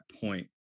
point